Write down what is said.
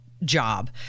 Job